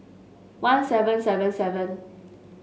one seven seven seven